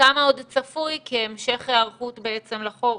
וכמה עוד צפוי כהמשך היערכות לחורף?